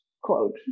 quote